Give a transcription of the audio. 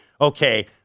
okay